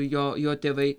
jo jo tėvai